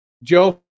Joe